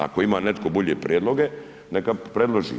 Ako ima netko bolje prijedloge, neka predloži.